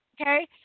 Okay